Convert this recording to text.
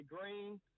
Green